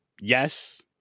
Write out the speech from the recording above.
yes